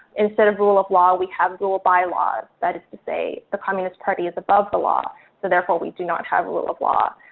instead of rule of law, we have dual bylaws. that is to say, the communist party is above the law. so therefore, we do not have a rule of law.